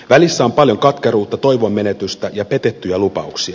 välissä on paljon katkeruutta toivon menetystä ja petettyjä lupauksia